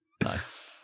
Nice